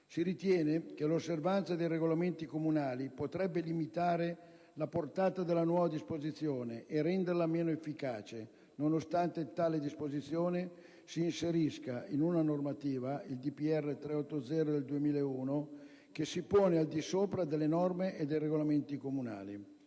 Si ritiene che l'osservanza dei regolamenti comunali potrebbe limitare la portata della nuova disposizione e renderla meno efficace, nonostante tale disposizione si inserisca in una normativa - il decreto del Presidente della Repubblica 6 giugno 2001, n. 380 - che si pone al di sopra delle norme e dei regolamenti comunali.